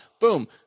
Boom